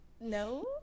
No